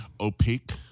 Opaque